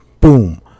boom